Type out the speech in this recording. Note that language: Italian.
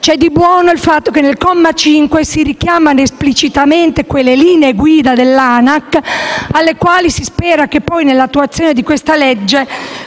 C'è di buono il fatto che nel comma 5 si richiamano esplicitamente quelle linee guida dall'ANAC alle quali si spera che poi, nell'attuazione di questa legge,